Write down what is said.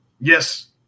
yes